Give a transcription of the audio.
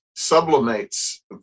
sublimates